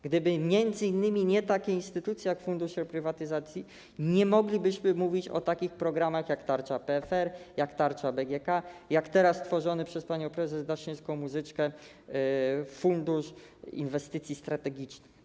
Gdyby m.in. nie takie instytucje jak Fundusz Reprywatyzacji, nie moglibyśmy mówić o takich programach jak tarcza PFR, jak tarcza BGK, jak tworzony teraz przez panią prezes Daszyńską-Muzyczkę fundusz inwestycji strategicznych.